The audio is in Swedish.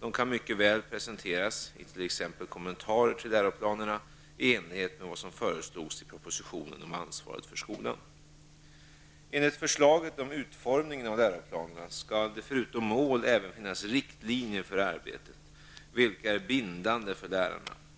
De kan mycket väl presenteras i t.ex. Enligt förslaget om utformningen av läroplanerna skall det förutom mål även finnas riktlinjer för arbetet, vilka är bindande för lärarna.